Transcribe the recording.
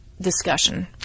discussion